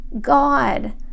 god